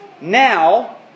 now